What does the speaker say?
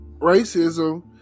racism